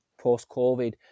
post-COVID